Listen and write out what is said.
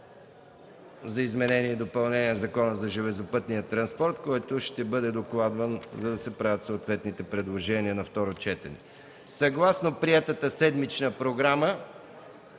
за изменение и допълнение на Закона за железопътния транспорт, който ще бъде докладван, за да се направят съответните предложения на второ четене. Съгласно приетата седмична програма